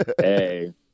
Hey